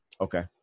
Okay